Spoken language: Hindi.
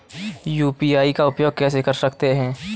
यू.पी.आई का उपयोग कैसे कर सकते हैं?